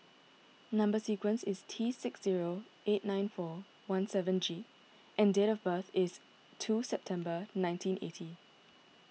Number Sequence is T six zero eight nine four one seven G and date of birth is two September nineteen eighty